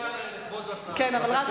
שאלה לכבוד השר,